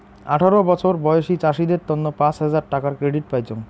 আঠারো বছর বয়সী চাষীদের তন্ন পাঁচ হাজার টাকার ক্রেডিট পাইচুঙ